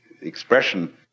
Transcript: expression